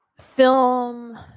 film